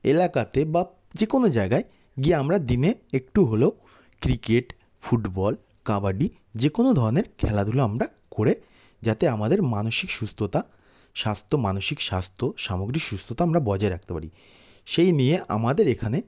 এলাকাতে বা যে কোনো জায়গায় গিয়ে আমরা দিনে একটু হলেও ক্রিকেট ফুটবল কাবাডি যে কোনো ধরনের খেলাধূলা আমরা করে যাতে আমাদের মানসিক সুস্থতা স্বাস্থ্য মানসিক স্বাস্থ্য সামগ্রিক সুস্থতা আমরা বজায় রাখতে পারি সেই নিয়ে আমাদের এখানে